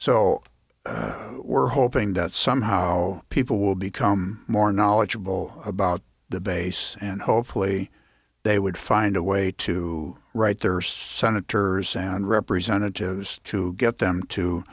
so we're hoping that somehow people will become more knowledgeable about the base and hopefully they would find a way to write their senators and representatives to get them to